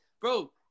Bro